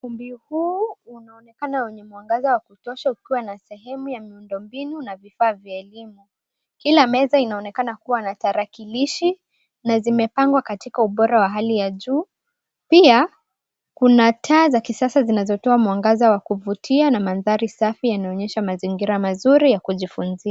Ukumbi huu unaonekana wenye mwangaza wa kutosha ukiwa na sehemu ya miundo mbinu na vifaa vya elimu. Kila meza inaonekana kuwa na tarakilishi na zimepangwa katika ubora wa hali ya juu. Pia kuna taa za kisasa zinazotoa mwangaza wa kuvutia na mandhari safi yanaonyesha mazingira mazuri ya kujifunzia.